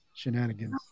Shenanigans